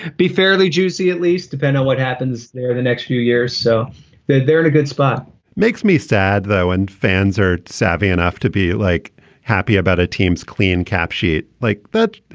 be fairly juicy, at least depend on what happens there in the next few years. so they're they're in a good spot makes me sad, though, and fans are savvy enough to be like happy about a team's clean cap sheet like that.